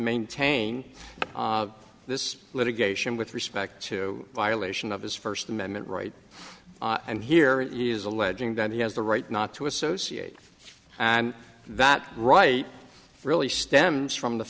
maintain this litigation with respect to violation of his first amendment right and here is alleging that he has the right not to associate and that right really stems from the